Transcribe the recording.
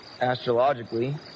astrologically